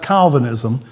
Calvinism